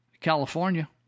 California